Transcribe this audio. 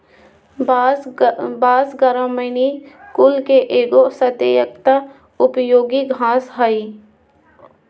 बाँस, ग्रामिनीई कुल के एगो अत्यंत उपयोगी घास हइ